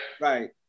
Right